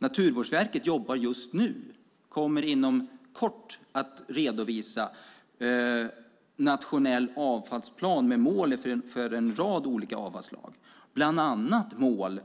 Naturvårdsverket jobbar just nu med detta och kommer inom kort att redovisa en nationell avfallsplan med mål för en rad olika avfallsslag, bland annat mål